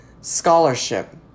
scholarship